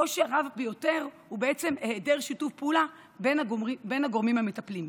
הקושי הרב ביותר הוא היעדר שיתוף פעולה בין הגורמים המטפלים,